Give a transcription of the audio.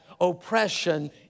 oppression